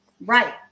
Right